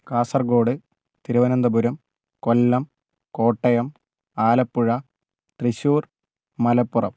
Kasaragod Thiruvananthapuram Kollam Kottayam Alappuzha Thrissur Malappuram